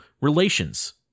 relations